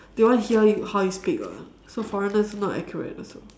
they want to hear you how you speak [what] so foreigners not accurate also